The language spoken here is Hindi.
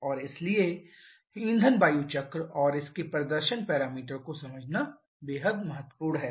और इसलिए ईंधन वायु चक्र और इसके प्रदर्शन पैरामीटर को समझना बेहद महत्वपूर्ण है